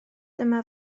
dyma